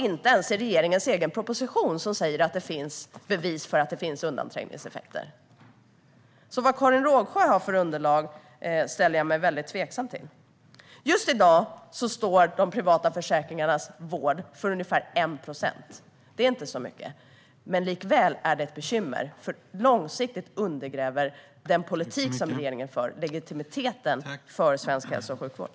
Inte ens i regeringens egen proposition finns det något som bevisar att det finns undanträngningseffekter. Vilka underlag Karin Rågsjö har står jag undrande inför. Just i dag står de privata försäkringarnas vård för ungefär 1 procent. Det är inte särskilt mycket, men likväl är det ett bekymmer. För långsiktigt undergräver den politik som regeringen för legitimiteten för svensk hälso och sjukvård.